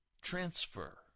transfer